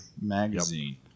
magazine